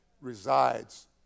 resides